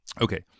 okay